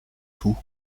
tout